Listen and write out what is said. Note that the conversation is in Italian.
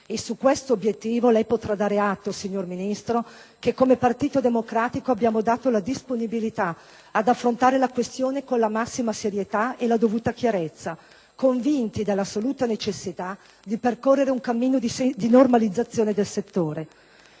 Su questo obiettivo, lei potrà dare atto, signor Ministro, che come Partito Democratico abbiamo dato la disponibilità ad affrontare la questione con la massima serietà e la dovuta chiarezza, convinti dell'assoluta necessità di percorrere un cammino di normalizzazione del settore.